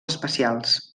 especials